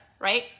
right